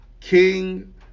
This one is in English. King